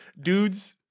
Dudes